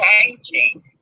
changing